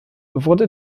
wurde